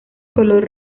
color